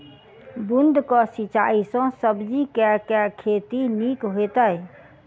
बूंद कऽ सिंचाई सँ सब्जी केँ के खेती नीक हेतइ?